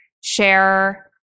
share